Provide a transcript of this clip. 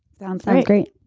sounds like great